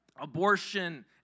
abortion